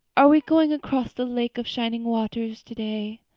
are we going across the lake of shining waters today?